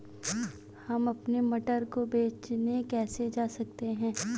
हम अपने मटर को बेचने कैसे जा सकते हैं?